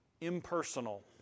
impersonal